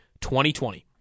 2020